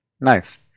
nice